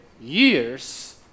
years